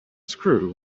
screw